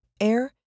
air